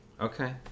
Okay